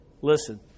Listen